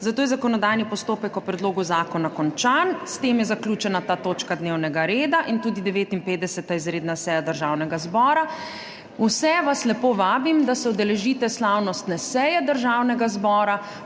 zato je zakonodajni postopek o predlogu zakona končan. S tem je zaključena ta točka dnevnega reda in tudi 59. izredna seja Državnega zbora. Vse vas lepo vabim, da se udeležite slavnostne seje Državnega zbora